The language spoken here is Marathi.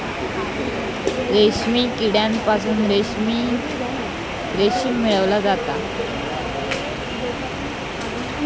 रेशीम किड्यांपासून रेशीम मिळवला जाता